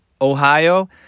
Ohio